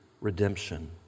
redemption